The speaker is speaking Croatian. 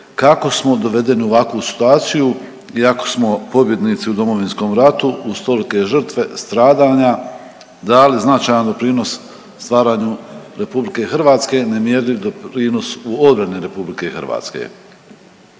Kako smo dovedeni u ovakvu situaciju iako smo pobjednici u Domovinskom ratu uz tolike žrtve, stradanja dali značajan doprinos stvaranju RH i nemjerljiv doprinos u obrani RH? S ove